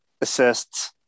assists